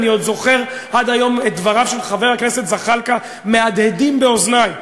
אני זוכר עד היום את דבריו של חבר הכנסת זחאלקה מהדהדים באוזני.